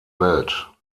welt